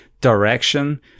direction